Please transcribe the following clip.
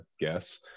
guess